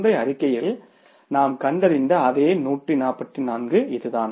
முந்தைய அறிக்கையில் நாம் கண்டறிந்த அதே 144 இதுதான்